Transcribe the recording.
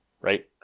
right